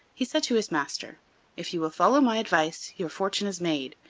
he said to his master if you will follow my advice your fortune is made.